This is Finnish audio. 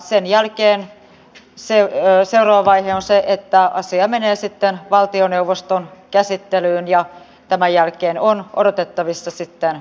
sen jälkeen seuraava vaihe on se että asia menee valtioneuvoston käsittelyyn ja tämän jälkeen on odotettavissa päätöksiä